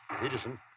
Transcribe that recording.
Peterson